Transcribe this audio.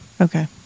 Okay